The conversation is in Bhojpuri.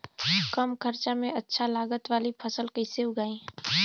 कम खर्चा में अच्छा लागत वाली फसल कैसे उगाई?